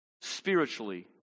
spiritually